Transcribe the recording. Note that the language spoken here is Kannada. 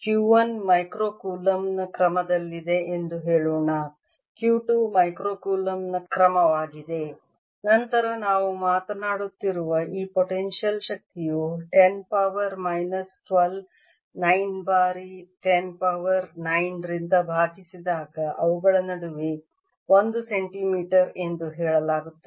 Q 1 ಮೈಕ್ರೊ ಕೂಲಂಬ್ ನ ಕ್ರಮದಲ್ಲಿದೆ ಎಂದು ಹೇಳೋಣ Q 2 ಮೈಕ್ರೊ ಕೂಲಂಬ್ ನ ಕ್ರಮವಾಗಿದೆ ನಂತರ ನಾವು ಮಾತನಾಡುತ್ತಿರುವ ಈ ಪೊಟೆನ್ಶಿಯಲ್ ಶಕ್ತಿಯು 10 ಪವರ್ ಮೈನಸ್ 12 9 ಬಾರಿ 10 ಪವರ್ 9 ರಿಂದ ಭಾಗಿಸಿದಾಗ ಅವುಗಳ ನಡುವೆ 1 ಸೆಂಟಿಮೀಟರ್ ಎಂದು ಹೇಳಲಾಗುತ್ತದೆ